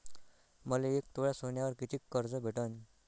मले एक तोळा सोन्यावर कितीक कर्ज भेटन?